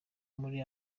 muri